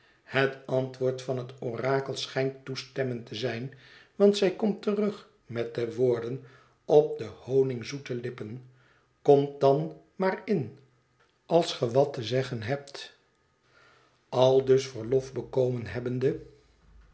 het antwoord van het orakel schijnt toestemmend te zijn want zij komt terug met de woorden op de honigzoete lippen komt dan maar in als ge wat te zeggen hebt aldus verlof bekomen hebbende